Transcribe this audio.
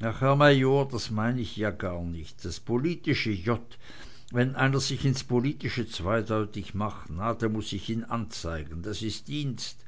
ach herr major das mein ich ja gar nicht das politische jott wenn einer sich ins politische zweideutig macht na dann muß ich ihn anzeigen das is dienst